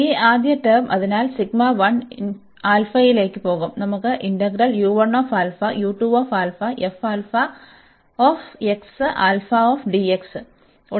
ഈ ആദ്യ ടേം അതിനാൽ ലേക്ക് പോകും നമുക്ക് ഉണ്ട്